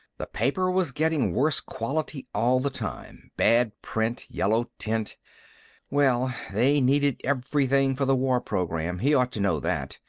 the paper was getting worse quality all the time, bad print, yellow tint well, they needed everything for the war program. he ought to know that.